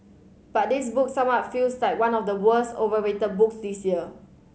but this book somewhat feels like one of the worst overrated books this year